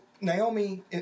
Naomi